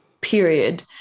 period